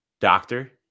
Doctor